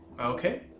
Okay